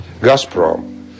Gazprom